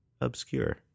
obscure